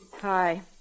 Hi